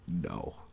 no